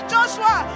Joshua